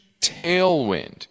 tailwind